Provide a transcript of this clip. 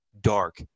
dark